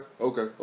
okay